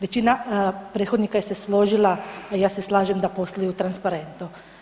Većina prethodnika se složila, ja se slažem da posluju transparentno.